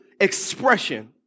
expression